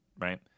right